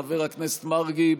חבר הכנסת מרגי,